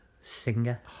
singer